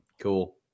Cool